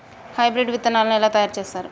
Hybrid విత్తనాలను ఎలా తయారు చేస్తారు?